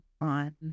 on